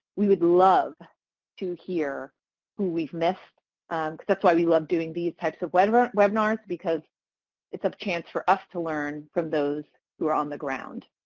we would love to hear who we've missed because that's why we love doing these types of webinars webinars because it's a chance for us to learn from those who are on the ground.